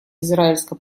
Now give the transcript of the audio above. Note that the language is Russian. израильско